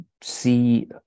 see